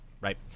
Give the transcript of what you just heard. right